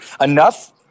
enough